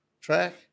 track